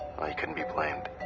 he couldn't be blamed.